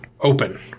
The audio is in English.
open